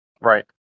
Right